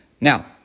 Now